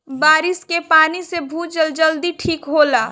बारिस के पानी से भूजल जल्दी ठीक होला